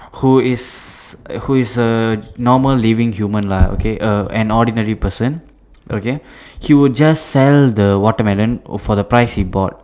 who is who is a normal living human lah okay a an ordinary person okay he will just sell the watermelon for the price he bought